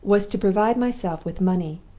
was to provide myself with money.